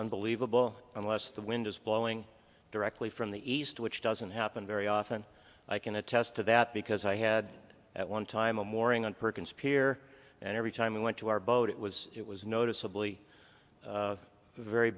unbelievable unless the wind is blowing directly from the east which doesn't happen very often i can attest to that because i had at one time a moring on perkins pier and every time we went to our boat it was it was noticeably very